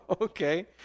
Okay